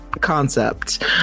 concept